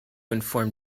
inform